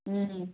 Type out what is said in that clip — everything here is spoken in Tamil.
ம்